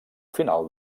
final